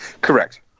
Correct